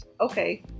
okay